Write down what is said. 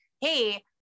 Hey